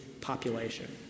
population